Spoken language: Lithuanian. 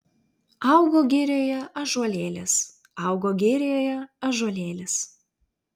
augo girioje ąžuolėlis augo girioje ąžuolėlis